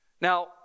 Now